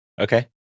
Okay